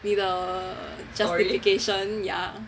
你的 justification yeah